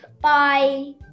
bye